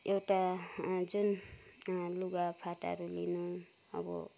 एउटा जुन लुगाफाटाहरू लिनु अब